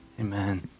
Amen